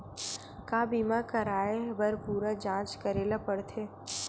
का बीमा कराए बर पूरा जांच करेला पड़थे?